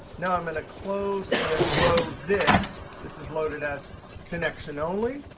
now i'm going to close and load this. this is loaded as connection only.